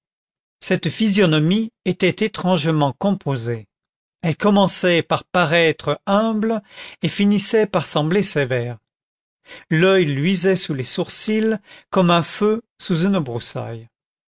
cette physionomie était étrangement composée elle commençait par paraître humble et finissait par sembler sévère l'oeil luisait sous les sourcils comme un feu sous une broussaille